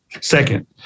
Second